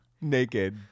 naked